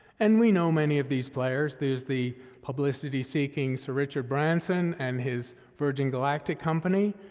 and we know many of these players. there's the publicity-seeking sir richard branson and his virgin galactic company,